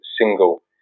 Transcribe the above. single